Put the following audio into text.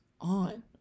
on